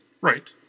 Right